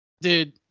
Dude